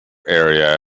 area